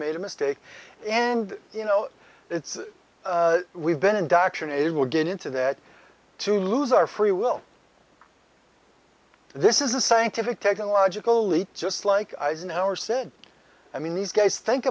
made a mistake and you know it's we've been indoctrinated we'll get into that to lose our free will this is a scientific technological leap just like eisenhower said i mean these guys think